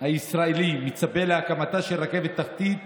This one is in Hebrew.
הישראלי מצפה עשרות שנים להקמתה של רכבת תחתית,